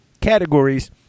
categories